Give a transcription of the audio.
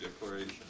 declaration